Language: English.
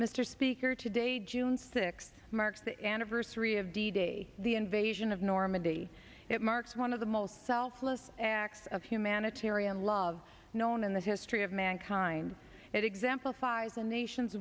mr speaker today june sixth marks the anniversary of d day the invasion of normandy it marks one of the most selfless acts of humanitarian love known in the history of mankind it exemplifies a nation